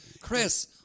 Chris